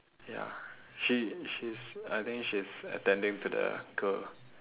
ya she she's I think she's attending to the girl